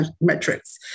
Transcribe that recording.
metrics